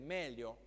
meglio